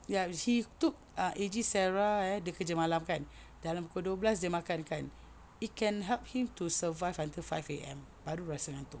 ya he took ah A_J sarah eh dia kerja malam kan dalam pukul dua belas dia makan kan it can help him to survive until five A_M baru rasa ngantuk